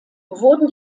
wurden